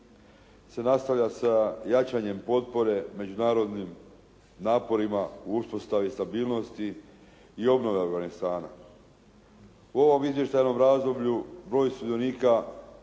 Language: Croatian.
se nastavlja sa jačanjem potpore međunarodnim naporima u uspostavi stabilnosti i obnove Afganistana. U ovom izvještajnom razdoblju broj sudionika